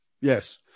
Yes